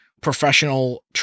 professional